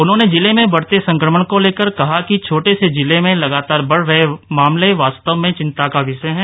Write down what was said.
उन्होंने जिले में बढ़ते संक्रमण को लेकर कहा कि छोटे से जिले में लगातार बढ़ रहे मामले वास्तव में चिंता का विषय है